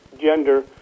gender